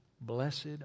Blessed